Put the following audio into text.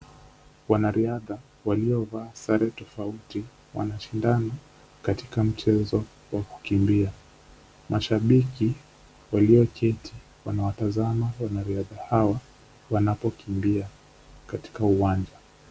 Wanariadhaa walio vaa sare tofauti wanshindana katika mchezo wa kukimbia. Mashabiki walio keti wanawatazama wanariadha hawa wanapokimbia katika uwanja .